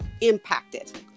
impacted